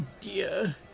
dear